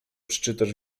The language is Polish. przeczytasz